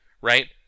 right